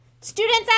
Students